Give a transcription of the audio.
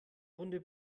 runde